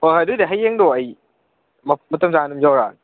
ꯍꯣꯏ ꯍꯣꯏ ꯑꯗꯨꯗꯤ ꯍꯌꯦꯡꯗꯣ ꯑꯩ ꯃꯇꯝ ꯆꯥꯅ ꯑꯗꯨꯝ ꯌꯧꯔꯛꯑꯒꯦ